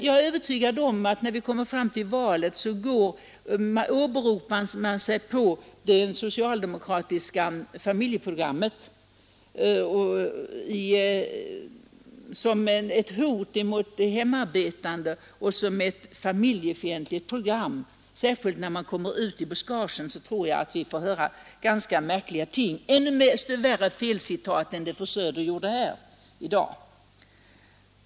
Jag är övertygad om att när vi kommer fram till valet åberopar man sig på det socialdemokratiska familjeprogrammet som ett hot mot de hemmaarbetande och som ett familjefientligt program. Särskilt när man kommer ut i buskagen får man nog höra ganska märkliga ting och ännu värre felcitat än det fru Söder här gjorde.